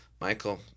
Michael